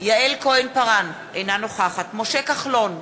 יעל כהן-פארן, אינה נוכחת משה כחלון,